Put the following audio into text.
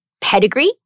pedigree